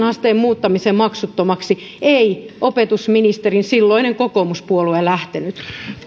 asteen muuttamiseen maksuttomaksi ei opetusministerin silloinen kokoomuspuolue lähtenyt